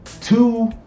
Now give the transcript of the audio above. Two